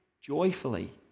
joyfully